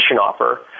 offer